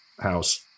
house